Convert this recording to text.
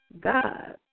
God